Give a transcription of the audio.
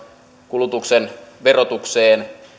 kulutuksen verotukseen